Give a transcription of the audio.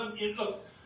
Look